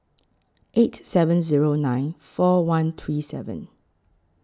eight seven Zero nine four one three seven